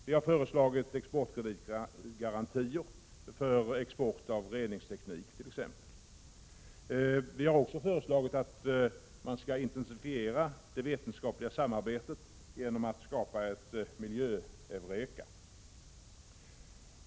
Vi har föreslagit exportkreditgarantier för export av t.ex. reningsteknik. Vi har också föreslagit att man skall intensifiera det vetenskapliga samarbetet genom att skapa ett Miljö-Eureka.